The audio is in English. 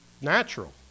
natural